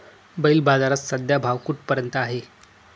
बैल बाजारात सध्या भाव कुठपर्यंत आहे?